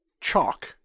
Chalk